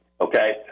okay